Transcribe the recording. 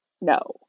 no